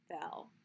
fell